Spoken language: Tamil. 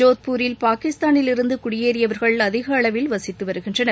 ஜோத்பூரில் பாகிஸ்தானிலிருந்து குடியேறியவர்கள் அதிக அளவில் வசித்து வருகின்றனர்